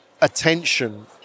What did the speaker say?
attention